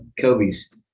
Kobe's